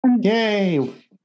Yay